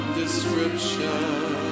description